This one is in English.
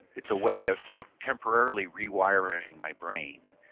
it's a way of temporarily rewiring my brain.